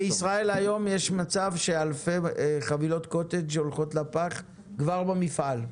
בישראל היום יש מצב שאלפי גביעי קוטג' הולכים לפח כבר במפעל.